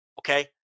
Okay